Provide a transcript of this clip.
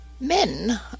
Men